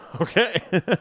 Okay